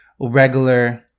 regular